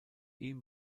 ihm